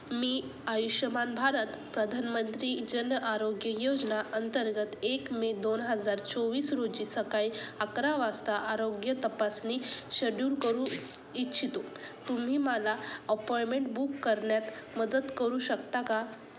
मी आयुष्यमान भारत प्रधानमंत्री जन आरोग्य योजना अंतर्गत एक मे दोन हजार चोवीस रोजी सकाळी अकरा वाजता आरोग्य तपासणी शेड्यूल करू इच्छितो तुम्ही मला अपॉइमेंट बुक करण्यात मदत करू शकता का